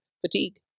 Fatigue